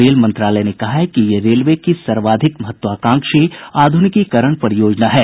rail मंत्रालय ने कहा है कि ये रेलवे की सर्वाधिक महत्वाकांक्षी आधुनिकीकरण परियोजना है